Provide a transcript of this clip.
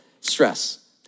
stress